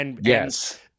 Yes